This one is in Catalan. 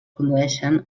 condueixen